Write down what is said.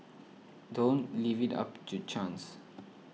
don't leave it up to chance